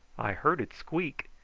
i heard it squeak.